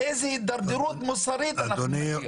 לאיזה התדרדרות מוסרית אנחנו נגיע?